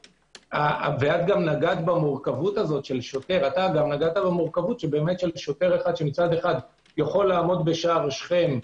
נגעתם גם במורכבות של שוטר שיכול לעמוד בשער שכם,